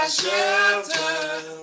shelter